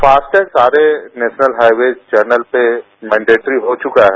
FASTag सारे national highways channel पे mandatory हो चुका है